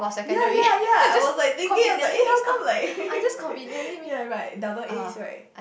ya ya ya I was like thinking I was like eh how come like ya like double As right